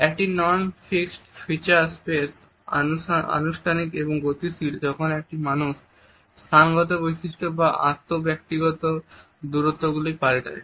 একটি non fixed feature space অনানুষ্ঠানিক এবং গতিশীল যখন একজন মানুষ স্থানগত বৈশিষ্ট্য বা আন্তঃব্যক্তিগত দূরত্বগুলি পাল্টায়